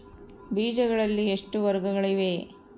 ಬೇಜಗಳಲ್ಲಿ ಎಷ್ಟು ವರ್ಗಗಳಿವೆ?